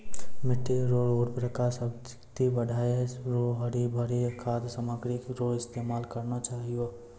मिट्टी रो उर्वरा शक्ति बढ़ाएं रो हरी भरी खाद सामग्री रो इस्तेमाल करना चाहियो